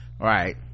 Right